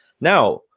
Now